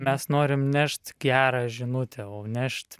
mes norim nešt gerą žinutę o nešt